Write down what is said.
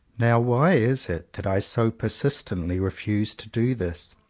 now why is it that i so persistently re fuse to do this,